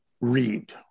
read